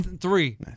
three